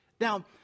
Now